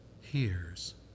hears